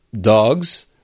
dogs